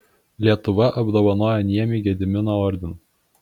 lietuva apdovanojo niemį gedimino ordinu